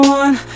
one